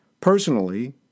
Personally